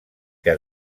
què